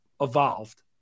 evolved